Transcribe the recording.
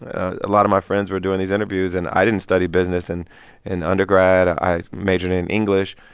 a lot of my friends were doing these interviews, and i didn't study business. and in undergrad, i majored in english.